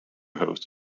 host